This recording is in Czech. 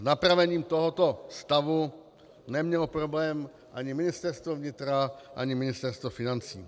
S napravením tohoto stavu nemělo problém ani Ministerstvo vnitra, ani Ministerstvo financí.